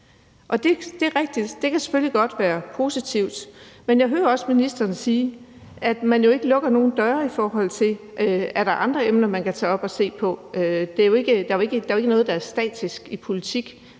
Det er rigtigt, at det selvfølgelig godt kan være positivt, men jeg hører også ministeren sige, at man jo ikke lukker nogen døre, i forhold til om der er andre emner, man kan tage op og se på. Der er jo ikke noget, der er statisk i politik,